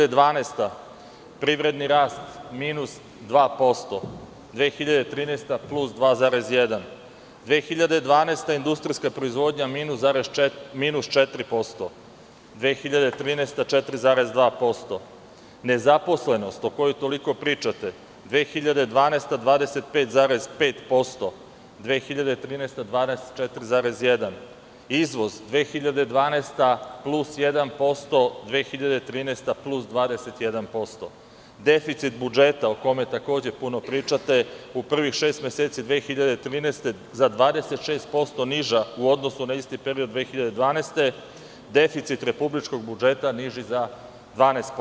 Godine 2012. – privredni rast minus 2%, 2013. – plus 2,1; industrijska proizvodnja 2012. – minus 4%, 2013. – 4,2%; nezaposlenost o kojoj toliko pričate 2012. - 25,5%, 2013. – 24,1%; izvoz 2012. – plus 1%, 2013. – plus 21%; deficit budžeta o kome takođe puno pričate, u prvih šest meseci 2013. za 26% niža u odnosu na isti period 2012. godine, deficit republičkog budžeta niži za 12%